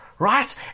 Right